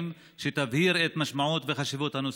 שיבהירו את משמעות הנושא וחשיבותו: